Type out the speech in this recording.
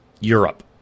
Europe